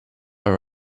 her